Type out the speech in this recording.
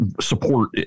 support